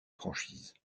franchise